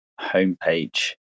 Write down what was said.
homepage